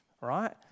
right